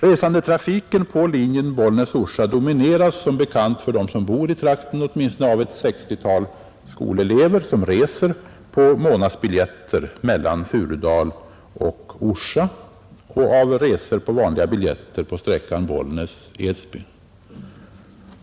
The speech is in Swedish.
Resandetrafiken på linjen Bollnäs—-Orsa domineras — vilket är bekant åtminstone för dem som bor i trakten — av ett sextiotal skolelever, som reser på månadsbiljett mellan Furudal och Orsa, och resande med vanliga biljetter på sträckan Bollnäs—Edsbyn.